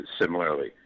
similarly